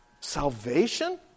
Salvation